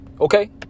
Okay